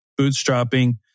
bootstrapping